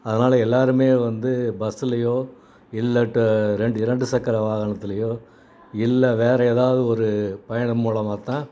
அதனாலே எல்லோருமே வந்து பஸ்ஸுலையோ இல்ல ட இரண்டு இரண்டு சக்கர வாகனத்திலையோ இல்லை வேறு ஏதாவது ஒரு பயணம் மூலமாக தான்